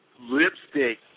lipstick